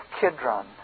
Kidron